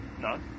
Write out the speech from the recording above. No